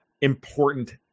important